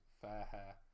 Fairhair